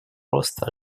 роста